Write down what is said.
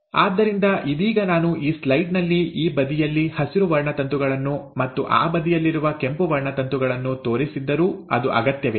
ಆದ್ದರಿಂದ ಇದೀಗ ನಾನು ಈ ಸ್ಲೈಡ್ನಲ್ಲಿ ಈ ಬದಿಯಲ್ಲಿ ಹಸಿರು ವರ್ಣತಂತುಗಳನ್ನು ಮತ್ತು ಆ ಬದಿಯಲ್ಲಿರುವ ಕೆಂಪು ವರ್ಣತಂತುಗಳನ್ನು ತೋರಿಸಿದ್ದರೂ ಅದು ಅಗತ್ಯವಿಲ್ಲ